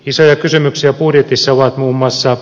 isoja kysymyksiä budjetissa ovat muun muassa